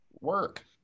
work